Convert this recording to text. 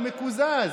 הוא מקוזז.